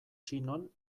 chinon